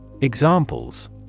Examples